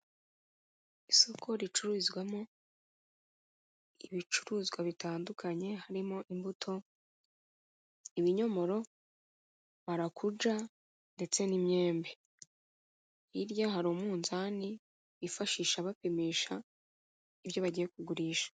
Isoko ricururizwamo ibicuruzwa bitandukanye, harimo imbuto, ibinyomoro, marakuja ndetse n'imyembe, hirya hari umunzani bifashisha bapimisha ibyo bagiye kugurisha.